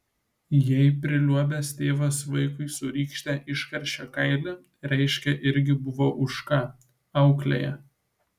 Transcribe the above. jei priliuobęs tėvas vaikui su rykšte iškaršė kailį reiškia irgi buvo už ką auklėja